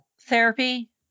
therapy